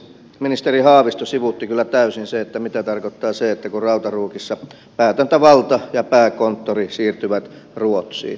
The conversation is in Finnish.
ministeri haavisto sivuutti kyllä täysin sen mitä tarkoittaa se kun rautaruukissa päätäntävalta ja pääkonttori siirtyvät ruotsiin